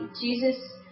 Jesus